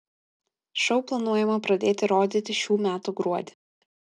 šou planuojama pradėti rodyti šių metų gruodį